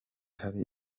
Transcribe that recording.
hari